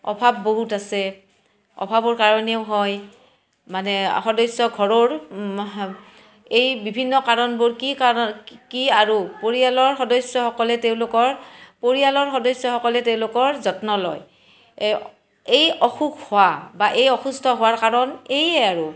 অভাৱ বহুত আছে অভাৱৰ কাৰণেও হয় মানে সদস্য ঘৰৰ এই বিভিন্ন কাৰণবোৰ কি কাৰণ কি কি আৰু পৰিয়ালৰ সদস্যসকলে তেওঁলোকৰ পৰিয়ালৰ সদস্যসকলে তেওঁলোকৰ যত্ন লয় এই এই অসুখ হোৱা বা এই অসুস্থ হোৱাৰ কাৰণ এইয়ে আৰু